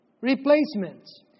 replacements